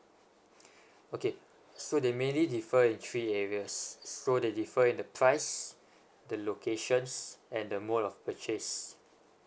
okay so they mainly differ in three areas so they differ in the price the locations and the mode of purchase